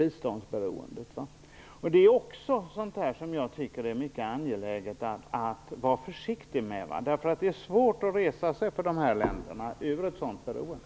Det tycker jag också att det är mycket angeläget att vara försiktig med. Det är svårt för dessa länder att resa sig ur ett sådant beroende.